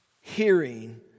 hearing